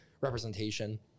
representation